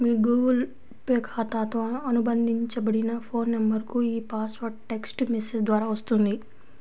మీ Google Pay ఖాతాతో అనుబంధించబడిన phone నంబర్కు ఈ పాస్వర్డ్ టెక్ట్స్ మెసేజ్ ద్వారా వస్తుంది